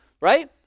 Right